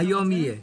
היום יהיו.